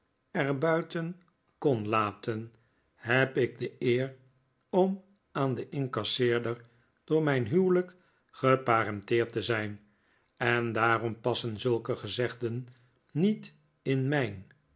buiten kon laten heb ik de eerom aan den incasseerder door mijn huwelijk geparenteerd te zijn en daarom passen zulke gezegden niet in mijn